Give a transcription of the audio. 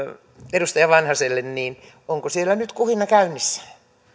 edustaja vanhaselle onko siellä nyt kuhina käynnissä